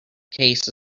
case